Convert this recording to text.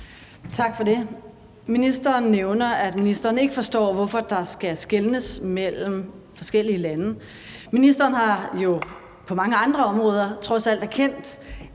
Tak for det. Ministeren nævner, at han ikke forstår, hvorfor der skal skelnes mellem forskellige lande. Ministeren har jo på mange andre områder trods alt erkendt,